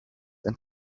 and